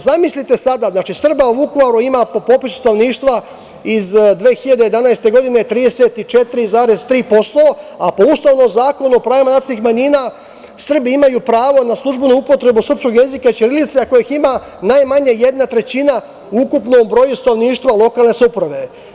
Zamislite sada, znači, Srba u Vukovaru ima po popisu stanovništva iz 2011. godine 34,3% a po ustavnom Zakonu o pravima nacionalnih manjina Srbi imaju pravo na službenu upotrebu srpskog jezika i ćirilice ako ih ima najmanje jedna trećina u ukupnom broju stanovništva lokalne samouprave.